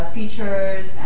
Features